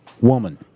Woman